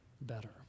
better